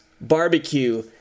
barbecue